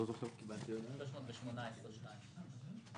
318.2 מיליארד שקל.